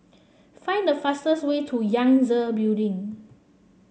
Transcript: find the fastest way to Yangtze Building